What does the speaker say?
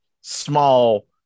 small